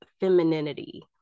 femininity